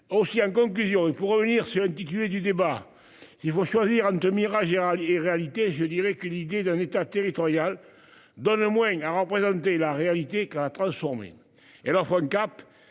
aussi hein. Conclusion et pour revenir sur intitulé du débat, il faut choisir entre Mirage l'irréalité. Je dirais qu'une idée d'un État territorial dans au moins à représenter la réalité quand transformer. Et alors son cap,